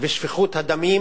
ושפיכות הדמים